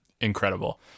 incredible